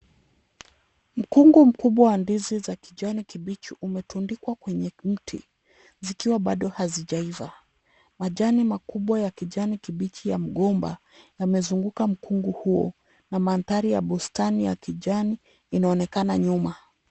Mkungu mkubwa wa ndizi za kijani kibichi umetundikwa kwenye mti zikiwa bado hazijaiva. Majani makubwa ya kijani kibichi ya mgomba yamezunguka mkungu huo na mandhari ya bustani ya kijani inaonekana nyuma.